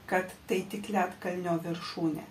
kad tai tik ledkalnio viršūnė